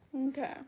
Okay